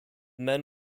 men